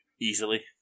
easily